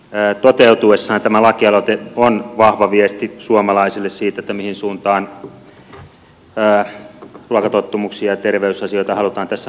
toteutuessaan tämä lakialoite on vahva viesti suomalaisille siitä mihin suuntaan ruokatottumuksia ja terveysasioita halutaan tässä maassa viedä